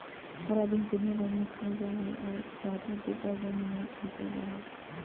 हरा बीन्स दुनिया भर में खाल जा हइ और ताजा, डिब्बाबंद में बेचल जा हइ